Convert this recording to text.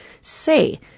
say